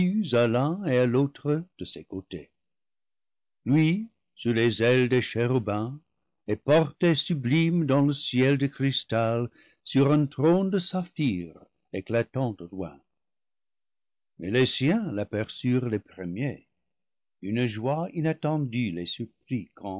à l'un et à l'autre de ses côtés lui sur les ailes des chérubins est porté sublime dans le ciel de cristal sur un trône de saphir éclatant au loin mais les siens l'aperçurent les premiers une joie inatlendue les surprit